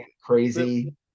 crazy